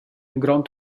grond